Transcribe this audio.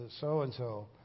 so-and-so